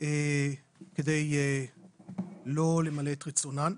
כדי לא למלא את רצונן.